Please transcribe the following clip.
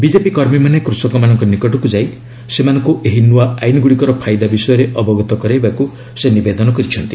BJP କର୍ମୀମାନେ କୃଷକମାନଙ୍କ ନିକଟକୁ ଯାଇ ସେମାନଙ୍କୁ ଏହି ନୂଆ ଆଇନଗୁଡ଼ିକର ଫାଇଦା ବିଷୟରେ ଅବଗତ କରାଇବାକୁ ସେ ନିବେଦନ କରିଛନ୍ତି